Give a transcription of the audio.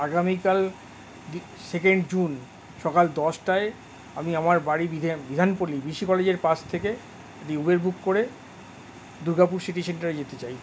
আগামীকাল second June সকাল দশটায় আমি আমার বাড়ি বিধানপল্লী বিসি কলেজের পাশ থেকে একটি উবের বুক করে দুর্গাপুর সিটি সেন্টারে যেতে চাই